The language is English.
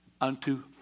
unto